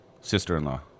sister-in-law